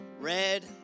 Red